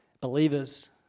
believers